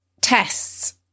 tests